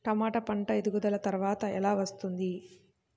టమాట పంట ఎదుగుదల త్వరగా ఎలా వస్తుంది?